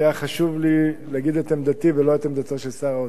כי היה חשוב לי להגיד את עמדתי ולא את עמדתו של שר האוצר.